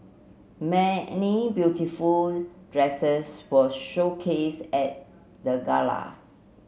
many beautiful dresses were showcased at the gala